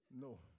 No